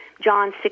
John